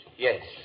Yes